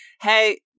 hey